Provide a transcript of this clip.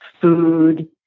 food